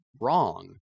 wrong